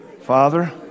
Father